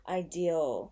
ideal